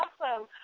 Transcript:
Awesome